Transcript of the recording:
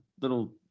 little